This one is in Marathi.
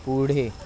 पुढे